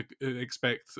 expect